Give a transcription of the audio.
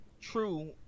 True